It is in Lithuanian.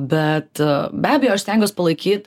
bet be abejo aš stengiuos palaikyt